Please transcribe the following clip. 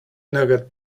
nougat